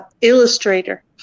Illustrator